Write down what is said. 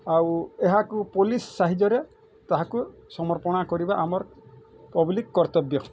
ଆଉ ଏହାକୁ ପୋଲିସ୍ ସାହାଯ୍ୟରେ ତାହାକୁ ସମର୍ପଣ କରିବା ଆମର୍ ପବଲିକ୍ କର୍ତ୍ତବ୍ୟ